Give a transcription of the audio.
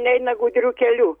neina gudrių kelių